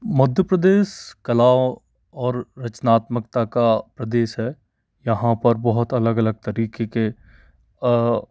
मध्य प्रदेश कला और रचनात्मकता का प्रदेश है यहाँ पर बहुत अलग अलग तरीके के